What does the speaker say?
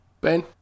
Ben